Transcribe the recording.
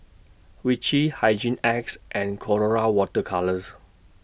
Vichy Hygin X and Colora Water Colours